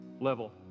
level